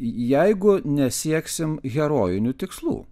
jeigu nesieksime herojinių tikslų